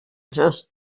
just